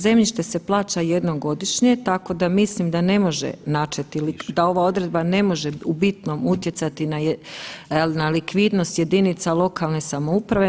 Zemljište se plaća jednom godišnje, tako da mislim da ne može načet, da ova odredba ne može u bitnom utjecati na likvidnost jedinica lokalne samouprave.